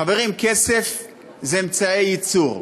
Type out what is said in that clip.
חברים, כסף זה אמצעי ייצור,